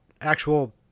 actual